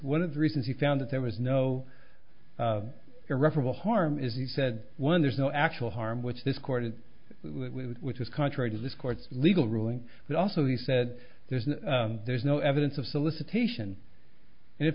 one of the reasons he found that there was no irreparable harm is he said one there's no actual harm which this court of which is contrary to this court's legal ruling but also he said there's no there's no evidence of solicitation and in